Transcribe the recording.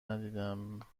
ندیدم